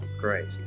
Great